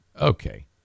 Okay